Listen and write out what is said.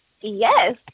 Yes